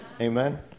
Amen